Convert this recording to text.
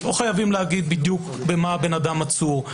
לא חייבים לומר בדיוק במה האדם עצור.